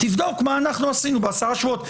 תבדוק מה אנחנו עשינו בעשרה שבועות,